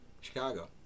Chicago